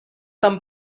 tam